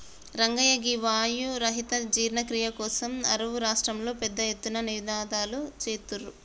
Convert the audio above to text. రంగయ్య గీ వాయు రహిత జీర్ణ క్రియ కోసం అరువు రాష్ట్రంలో పెద్ద ఎత్తున నినాదలు సేత్తుర్రు